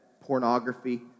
pornography